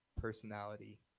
personality